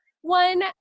one